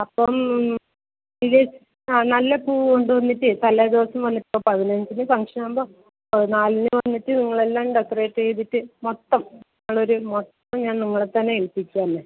അപ്പം ഇതിൽ ആ നല്ല പൂ കൊണ്ട് വന്നിട്ട് തലേ ദിവസം വന്ന് ഇപ്പോൾ പതിനഞ്ചിന് ഫങ്ങ്ഷൻ ആകുമ്പോൾ പതിനാലിന് വന്നിട്ട് നിങ്ങളെല്ലാം ഡെക്കറേറ്റ് ചെയ്തിട്ട് മൊത്തം നിങ്ങളൊരു മൊത്തം ഞാൻ നിങ്ങളെ തന്നെ ഏൽപ്പിച്ചു